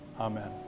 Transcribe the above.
Amen